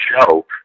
show